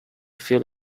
feel